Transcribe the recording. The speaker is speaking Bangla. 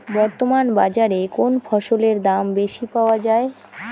বর্তমান বাজারে কোন ফসলের দাম বেশি পাওয়া য়ায়?